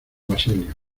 basilio